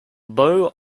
beaux